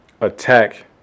attack